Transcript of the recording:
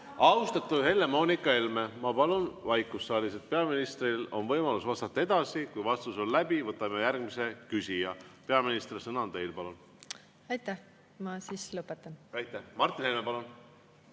Austatud Helle-Moonika Helme, ma palun vaikust saalis. Peaministril on võimalus vastata edasi. Kui vastus on läbi, võtame järgmise küsija. Peaminister, sõna on teil, palun! Aitäh! Ma lõpetan. Aitäh! Ma lõpetan.